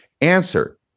Answer